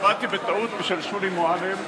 הצבעתי בטעות בשם שולי מועלם.